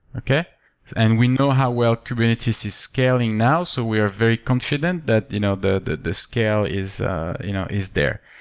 and we know how well kubernetes is scaling now, so we are very confident that you know the that the scale is ah you know is there.